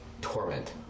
torment